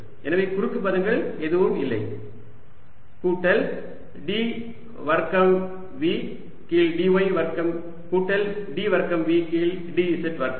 எனவே குறுக்கு பதங்கள் எதுவும் இல்லை கூட்டல் d வர்க்கம் V கீழ் dy வர்க்கம் கூட்டல் d வர்க்கம் V கீழ் dz வர்க்கம்